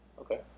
Okay